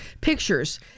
pictures